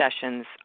sessions